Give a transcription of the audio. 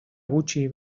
gutxi